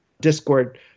Discord